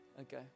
Okay